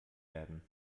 werden